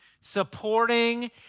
supporting